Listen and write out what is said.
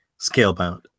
Scalebound